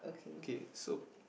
kay so